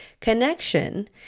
Connection